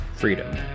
Freedom